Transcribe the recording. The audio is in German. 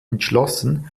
entschlossen